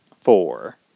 Four